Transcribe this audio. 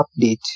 update